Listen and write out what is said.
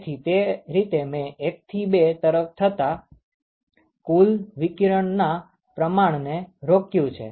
તેથી તે રીતે મે 1 થી 2 તરફ થતા કુલ વિકિરણના પ્રમાણને રોક્યું છે